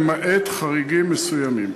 למעט חריגים מסוימים.